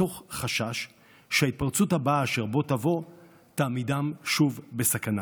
מתוך חשש שההתפרצות הבאה אשר בוא תבוא תעמידם שוב בסכנה,